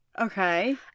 Okay